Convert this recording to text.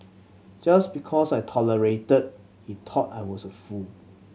just because I tolerated he thought I was a fool